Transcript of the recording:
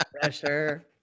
pressure